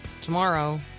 tomorrow